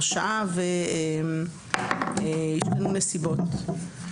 הרשעה והשתנו נסיבות.